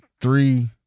three